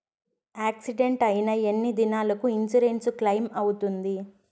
Accident అయిన ఎన్ని దినాలకు ఇన్సూరెన్సు క్లెయిమ్ అవుతుంది?